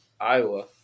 Iowa